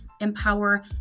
empower